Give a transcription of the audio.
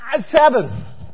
seven